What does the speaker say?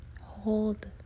Hold